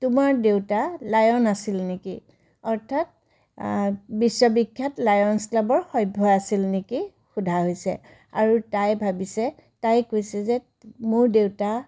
তোমাৰ দেউতা লায়ন আছিল নেকি অৰ্থাত বিশ্ব বিখ্যাত লায়নছ ক্লাবৰ সভ্য আছিল নেকি সোধা হৈছে আৰু তাই ভাবিছে তাই কৈছে যে মোৰ দেউতা